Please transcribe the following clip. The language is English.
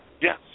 yes